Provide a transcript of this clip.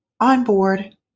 onboard